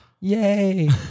Yay